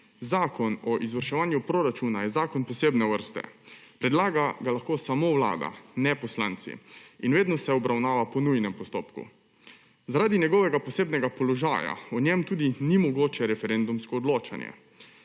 Zakon o izvrševanju proračuna je zakon posebne vrste. Predlaga ga lahko samo Vlada, ne poslanci, in vedno se obravnava po nujnem postopku. Zaradi njegovega posebnega položaja o njem tudi ni mogoče referendumsko odločanje.